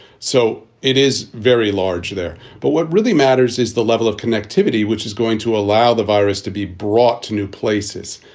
so it is very large there. but what really matters is the level of connectivity which is going to allow the virus to be brought to new places.